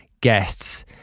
guests